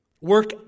Work